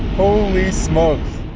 holy smokes.